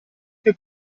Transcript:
che